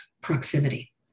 proximity